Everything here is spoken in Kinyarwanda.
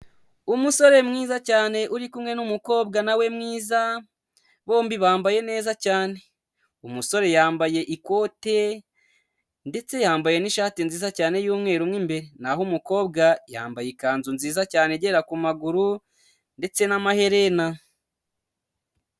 Umusore mwiza cyane uri kumwe n'umukobwa nawe mwiza, bombi bambaye neza cyane, umusore yambaye ikote ndetse yambaye n'ishati nziza cyane y'umweru mo imbere, naho umukobwa yambaye ikanzu nziza cyane igera ku maguru ndetse n'amaherena.